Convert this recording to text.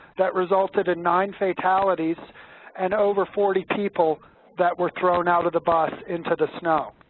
that resulted in nine fatalities and over forty people that were thrown out of the bus into the snow.